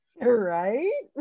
Right